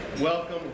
welcome